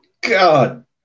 God